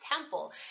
temple